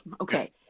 okay